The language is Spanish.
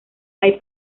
hay